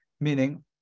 meaning